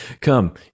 come